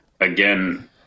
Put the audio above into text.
again